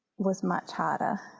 was much harder.